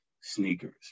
sneakers